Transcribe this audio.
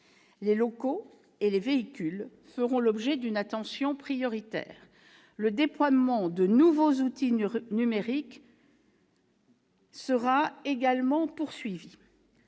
Les locaux et les véhicules feront l'objet d'une attention prioritaire. Le déploiement de nouveaux outils numériques sera également poursuivi.